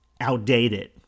outdated